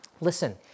Listen